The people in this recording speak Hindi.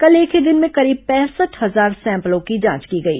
कल एक ही दिन में करीब पैंसठ हजार सैम्पलों की जांच की गई